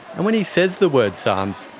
and when he says the word sarms,